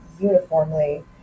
uniformly